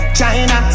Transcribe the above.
China